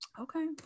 okay